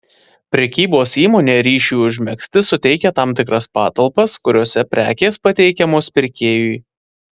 prekybos įmonė ryšiui užmegzti suteikia tam tikras patalpas kuriose prekės pateikiamos pirkėjui